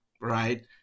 right